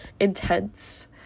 intense